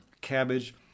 cabbage